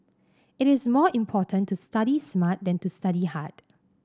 it is more important to study smart than to study hard